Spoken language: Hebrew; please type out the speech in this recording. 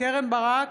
קרן ברק,